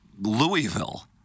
Louisville